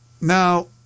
Now